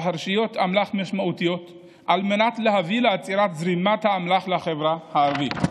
פרשיות אמל"ח משמעותיות על מנת להביא לעצירת זרימת האמל"ח לחברה הערבית.